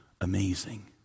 amazing